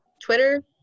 Twitter